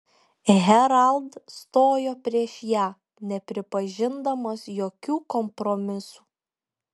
herald stojo prieš ją nepripažindamas jokių kompromisų